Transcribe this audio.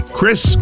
Chris